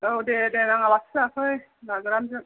औ दे दे आलासि जाफै ना गोरानजों